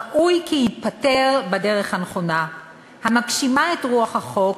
ראוי כי ייפתר בדרך הנכונה המגשימה את רוח החוק,